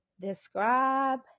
describe